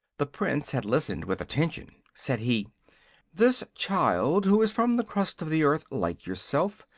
the prince had listened with attention. said he this child, who is from the crust of the earth, like yourself,